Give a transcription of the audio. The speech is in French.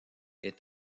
est